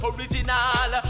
Original